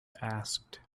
asked